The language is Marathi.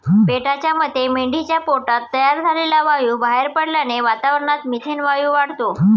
पेटाच्या मते मेंढीच्या पोटात तयार झालेला वायू बाहेर पडल्याने वातावरणात मिथेन वायू वाढतो